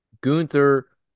Gunther